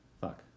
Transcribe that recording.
Fuck